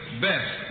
best